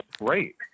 great